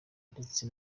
ndetse